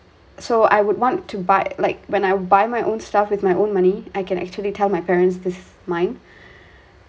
so I would want to buy like when I buy my own stuff with my own money I can actually tell my parents this is mine